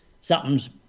something's